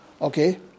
okay